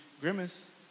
grimace